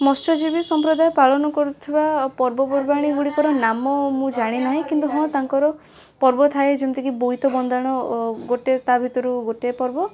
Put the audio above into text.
ମତ୍ସ୍ୟଜୀବୀ ସମ୍ପ୍ରଦାୟ ପାଳନ କରୁଥିବା ପର୍ବପର୍ବାଣି ଗୁଡ଼ିକର ନାମ ମୁଁ ଜାଣିନାହିଁ କିନ୍ତୁ ହଁ ତାଙ୍କର ପର୍ବଥାଏ ଯେମତିକି ବୋଇତ ବନ୍ଦାଣ ଗୋଟେ ତା' ଭିତରୁ ଗୋଟେ ପର୍ବ